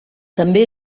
també